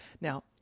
Now